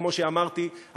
וכמו שאמרתי,